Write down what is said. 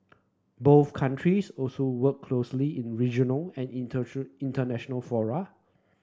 both countries also work closely in regional and international fora